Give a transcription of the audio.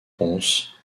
pons